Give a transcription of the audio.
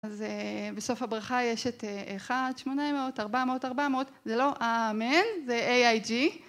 אז בסוף הברכה יש את 1-800-400-400, זה לא א-אמן, זה איי-איי-ג'י.